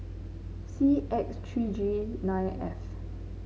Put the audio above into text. C X three G nine F